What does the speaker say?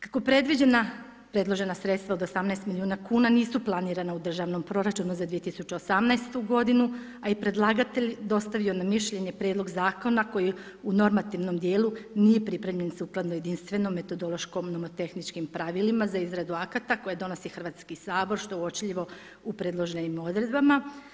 Kako predložena sredstva od 18 milijuna kuna nisu planirana u državnom proračunu za 2018. godinu, a i predlagatelj je dostavio mišljenje prijedlog zakona koji u normativnom dijelu nije pripremljen sukladno jedinstvenom metodološkom nomotehničkim pravilima za izradu akata koje donosi Hrvatski sabor, što je uočljivo u predloženim odredbama.